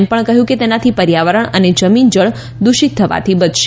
તેમણે એમ પણ કહ્યું કે તેનાથી પર્યાવરણ અને જમીન જળ દૂષિત થવાથી બચશે